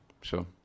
Sure